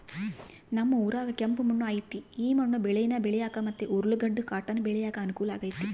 ನಮ್ ಊರಾಗ ಕೆಂಪು ಮಣ್ಣು ಐತೆ ಈ ಮಣ್ಣು ಬೇಳೇನ ಬೆಳ್ಯಾಕ ಮತ್ತೆ ಉರ್ಲುಗಡ್ಡ ಕಾಟನ್ ಬೆಳ್ಯಾಕ ಅನುಕೂಲ ಆಗೆತೆ